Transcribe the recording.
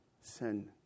sin